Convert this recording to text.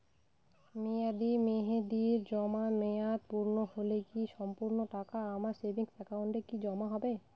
মেয়াদী মেহেদির জমা মেয়াদ পূর্ণ হলে কি সম্পূর্ণ টাকা আমার সেভিংস একাউন্টে কি জমা হবে?